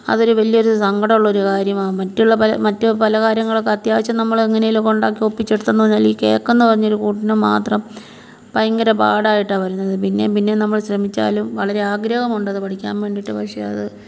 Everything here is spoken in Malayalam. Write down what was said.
അതൊരു വലിയൊരു സങ്കടമുള്ളൊരു കാര്യമാണ് മറ്റുള്ള പല മറ്റ് പല കാര്യങ്ങളൊക്കെ അത്യാവശ്യം നമ്മൾ എങ്ങനേലൊക്കെ ഉണ്ടാക്കി ഒപ്പിച്ചെടുതെന്ന് പറഞ്ഞാൽ ഈ കേക്കെന്ന് പറഞ്ഞ ഒരു കൂട്ടിന് മാത്രം ഭയങ്കര പാടായിട്ടാണ് വരുന്നത് പിന്നേം പിന്നേം നമ്മൾ ശ്രമിച്ചാലും വളരെ ആഗ്രഹമുണ്ടത് പഠിക്കാൻ വേണ്ടീട്ട് പക്ഷേ അത്